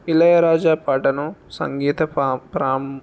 ఇళయరాజా పాటను సంగీత పా ప్రామ్